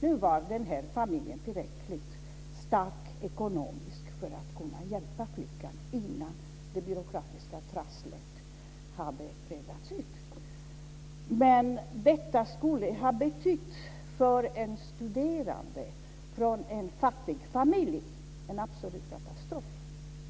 Nu var denna familj tillräckligt stark ekonomiskt för att kunna hjälpa flickan innan det byråkratiska trasslet hade retts ut. Men detta skulle för en studerande från en fattig familj ha betytt en absolut katastrof.